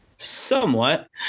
somewhat